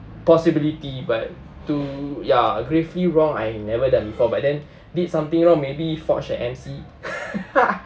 possibility but to ya gravely wrong I never done before but then did something wrong maybe forge a M_C